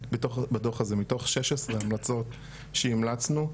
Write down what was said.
מתוך כל ה-16 המלצות שהמלצנו,